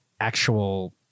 actual